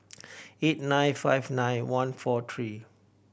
eight nine five nine one four three two